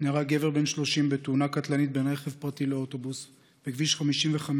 נהרג גבר בן 30 בתאונה קטלנית בין רכב פרטי לאוטובוס בכביש 55,